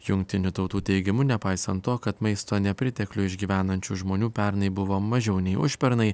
jungtinių tautų teigimu nepaisant to kad maisto nepriteklių išgyvenančių žmonių pernai buvo mažiau nei užpernai